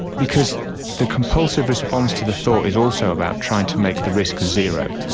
because the compulsive response to the thought is also about trying to make the risk zero.